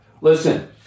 Listen